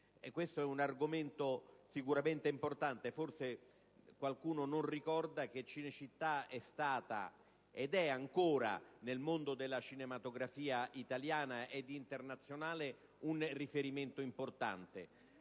Luce. È un argomento sicuramente importante. Forse qualcuno non ricorda che Cinecittà è stato ed è ancora nel mondo della cinematografia italiana ed internazionale un punto di riferimento importante.